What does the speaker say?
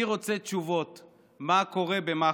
אני רוצה תשובות מה קורה במח"ש.